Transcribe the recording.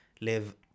live